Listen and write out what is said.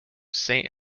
saint